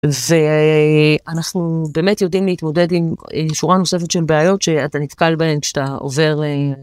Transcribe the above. זה אנחנו באמת יודעים להתמודד עם שורה נוספת של בעיות שאתה נתקל בהן כשאתה עובר.